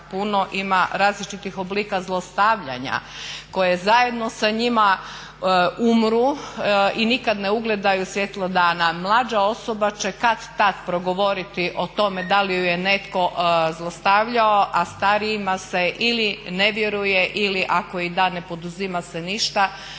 puno, ima različitih oblika zlostavljanja koje zajedno sa njima umru i nikad ne ugledaju svjetlo dana. Mlađa osoba će kad-tad progovoriti o tome da li ju je netko zlostavljao, a starijima se ili ne vjeruje ili ako i da ne poduzima se ništa